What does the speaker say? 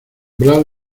blas